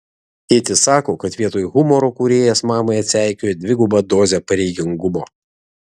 tėtis sako kad vietoj humoro kūrėjas mamai atseikėjo dvigubą dozę pareigingumo